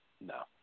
No